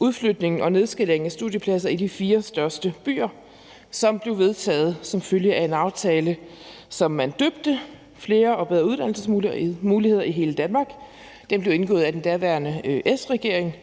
udflytningen og nedskaleringen af studiepladser i de fire største byer, som blev vedtaget som følge af en aftale, som man døbte »Flere og bedre uddannelsesmuligheder i hele Danmark«. Den blev indgået af den daværende S-regering